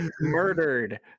murdered